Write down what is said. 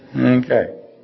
Okay